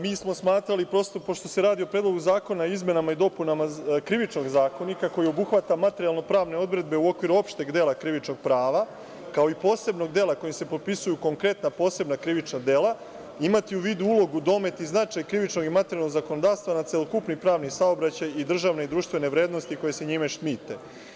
Mi smo smatrali, prosto, pošto se radi o Predlogu zakona o izmenama i dopunama Krivičnog zakonika, koji obuhvata materijalno pravne odredbe u okviru opšteg dela Krivičnog prava, kao i posebnog dela kojim se popisuju konkretna posebna krivična dela, imati u vidu ulogu, domet i značaj krivičnog i materijalnog zakonodavstva na celokupni pravni saobraćaj i državne i društvene vrednosti koje se njime štite.